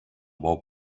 bou